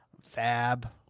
fab